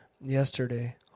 yesterday